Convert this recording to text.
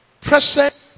Present